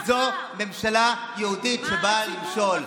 וזו ממשלה יהודית שבאה למשול.